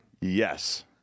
yes